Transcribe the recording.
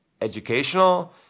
educational